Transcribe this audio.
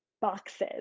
boxes